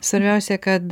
svarbiausia kad